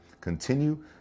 Continue